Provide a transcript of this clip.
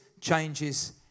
changes